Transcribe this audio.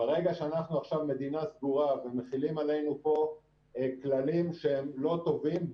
ברגע שאנחנו מדינה סגורה ומחילים עלינו כללים שהם לא טובים,